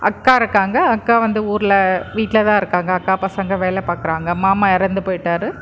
அக்கா இருக்காங்க அக்கா வந்து ஊரில் வீட்டில் தான் இருக்காங்க அக்கா பசங்க வேலைப் பார்க்கறாங்க மாமா இறந்து போயிட்டார்